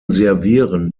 servieren